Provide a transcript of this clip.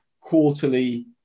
quarterly